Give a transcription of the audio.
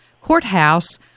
courthouse